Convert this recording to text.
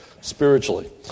spiritually